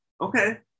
Okay